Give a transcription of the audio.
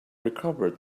recovered